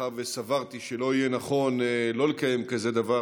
מאחר שסברתי שלא יהיה נכון לא לקיים כזה דבר,